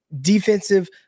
defensive